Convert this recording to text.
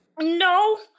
No